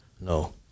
No